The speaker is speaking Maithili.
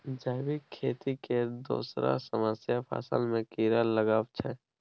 जैबिक खेती केर दोसर समस्या फसल मे कीरा लागब छै